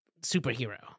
superhero